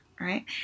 Right